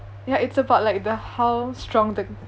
ya it's about like the how strong the